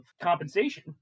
compensation